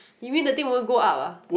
you mean the thing won't go up ah